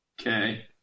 Okay